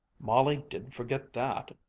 molly didn't forget that.